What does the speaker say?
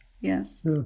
yes